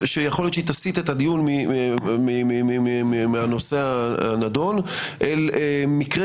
שיכול להיות שהיא תסיט את הדיון מהנושא הנדון אל מקרה